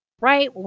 right